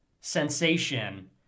sensation